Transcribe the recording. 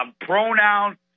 pronoun